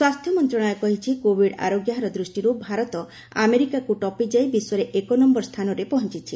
ସ୍ୱାସ୍ଥ୍ୟ ମନ୍ତ୍ରଣାଳୟ କହିଛି କୋବିଡ୍ ଆରୋଗ୍ୟ ହାର ଦୃଷ୍ଟିରୁ ଭାରତ ଆମେରିକାକୁ ଟପିଯାଇ ବିଶ୍ୱରେ ଏକନୟର ସ୍ଥାନରେ ପହଞ୍ଚିଛି